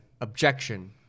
objection